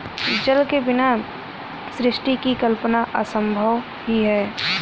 जल के बिना सृष्टि की कल्पना असम्भव ही है